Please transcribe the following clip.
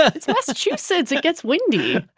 it's massachusetts. it gets windy